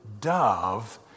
dove